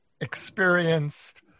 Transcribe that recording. experienced